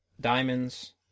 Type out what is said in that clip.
Diamonds